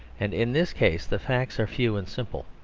and in this case the facts are few and simple.